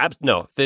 no